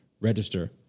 register